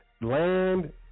land